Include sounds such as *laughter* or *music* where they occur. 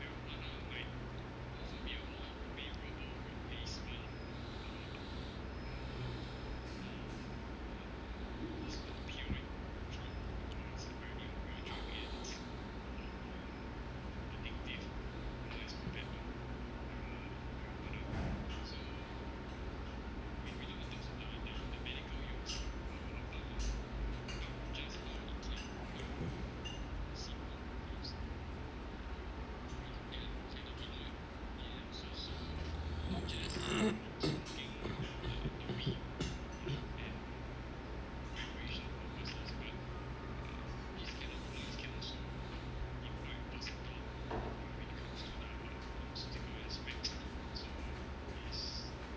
*coughs*